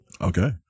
Okay